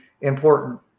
important